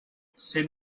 sent